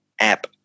app